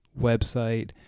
website